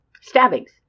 stabbings